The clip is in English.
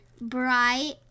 bright